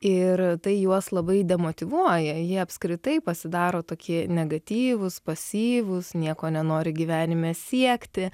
ir tai juos labai demotyvuoja jie apskritai pasidaro tokie negatyvūs pasyvūs nieko nenori gyvenime siekti